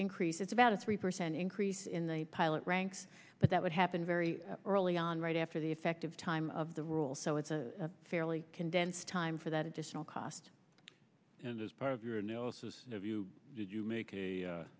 increase it's about a three percent increase in the pilot ranks but that would happen very early on right after the effective time of the rule so it's a fairly condensed time for that additional cost and as part of your analysis have you did you make a